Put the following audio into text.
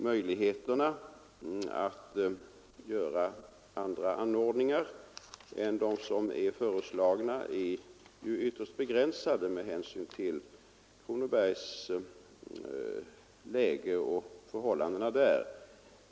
Möjligheterna att införa andra anordningar än som är föreslagna är ytterst begränsade med hänsyn till Kronobergshäktets läge och förhållandena där.